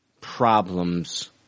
problems